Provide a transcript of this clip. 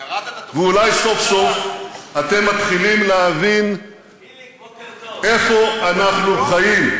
ואולי סוף-סוף אתם מתחילים להבין איפה אנחנו חיים.